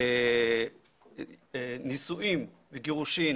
נישואים וגירושים